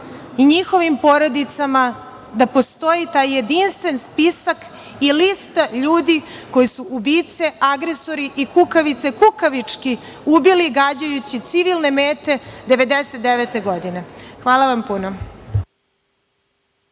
i njihovim porodicama da postoji taj jedinstven spisak i lista ljudi koje su ubice, agresori i kukavice kukavički ubili gađajući civilne mete 1999. godine. Hvala vam puno.